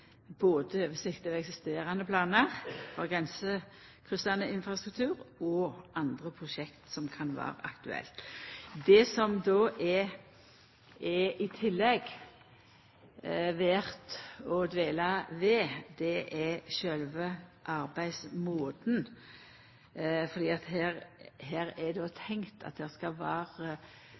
både oversikt over eksisterande planar og grensekryssande infrastruktur og andre prosjekt som kan vera aktuelle. Det som då i tillegg er verdt å dvela ved, er sjølve arbeidsmåten, for her er det tenkt at det skal